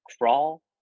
crawl